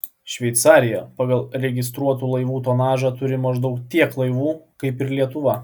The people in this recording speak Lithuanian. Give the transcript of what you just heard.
šveicarija pagal registruotų laivų tonažą turi maždaug tiek laivų kaip ir lietuva